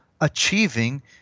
achieving